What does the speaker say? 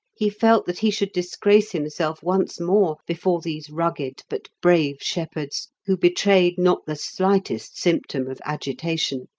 he felt that he should disgrace himself once more before these rugged but brave shepherds, who betrayed not the slightest symptom of agitation.